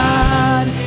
God